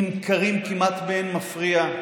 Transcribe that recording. נמכרים כמעט באין מפריע,